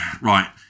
Right